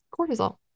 cortisol